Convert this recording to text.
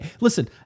listen